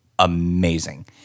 amazing